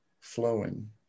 flowing